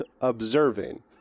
observing